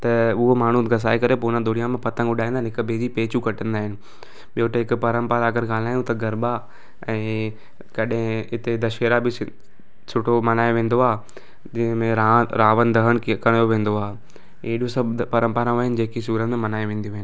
त उहो माण्हू घसाए करे पोइ हुन दोरीअ में पतंग उॾाईंदा आहिनि हिकु ॿिए जी पेचू कटंदा अहिनि ॿियों टेक परंपरा करे ॻाल्हायूं त गरबा ऐं कॾे हिते दशहरा बि सु सुठो मल्हायो वेंदो आहे दि में रा रावण दहन के कयो वेंदो आहे अहिड़ो सभु परंपराऊं आहिनि जेकी सूरत में मल्हाई वेंदियूं आहिनि